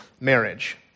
marriage